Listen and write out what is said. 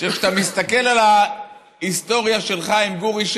שכשאתה מסתכל על ההיסטוריה של חיים גורי,